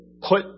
put